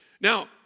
now